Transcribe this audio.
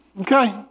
okay